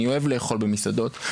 אני אוהב לאכול במסעדות,